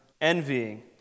envying